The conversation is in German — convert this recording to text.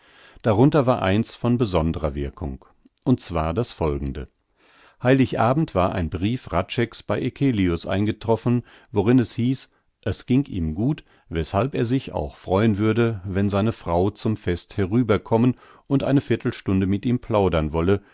darunter war eins von besondrer wirkung und zwar das folgende heilig abend war ein brief hradscheck's bei eccelius eingetroffen worin es hieß es ging ihm gut weßhalb er sich auch freuen würde wenn seine frau zum fest herüberkommen und eine viertelstunde mit ihm plaudern wolle